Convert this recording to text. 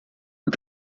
amb